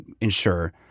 ensure